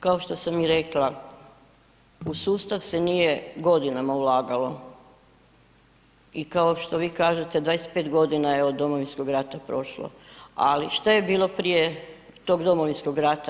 Kao što sam i rekla, u sustav se nije godinama ulagalo i kao što vi kažete, 25 g. je od Domovinskog rata prošlo, ali što je bilo prije tog Domovinskog rata?